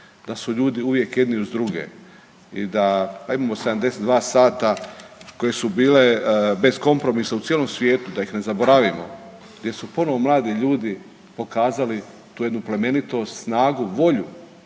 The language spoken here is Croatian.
da su ljudi uvijek jedni uz druge i da imamo 72 sada koje su bile beskompromisne u cijelom svijetu da ih ne zaboravimo gdje su ponovo mladi ljudi pokazali tu jednu plemenitost, snagu, volju